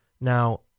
Now